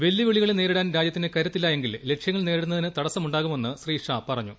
വെല്ലുവിളികളെ നേരിടാൻ രാജ്യത്തിന് കരുത്തില്ലായെങ്കിൽ ലക്ഷ്യങ്ങൾ നേടുന്നതിന് തടസ്സമു ാകുമെന്ന് ശ്രീ ഷാ പറഞ്ഞു